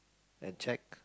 and check